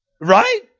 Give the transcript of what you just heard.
Right